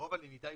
ורוב הלמידה היא